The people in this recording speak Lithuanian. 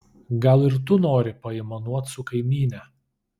gal ir tu nori paaimanuot su kaimyne